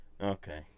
Okay